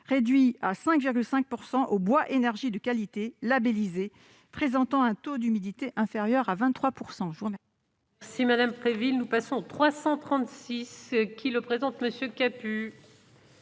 réduit à 5,5 % au bois énergie de qualité, labellisé et présentant un taux d'humidité inférieur à 23 %.